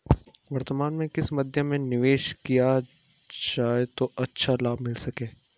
वर्तमान में किस मध्य में निवेश किया जाए जो अच्छा लाभ मिल सके?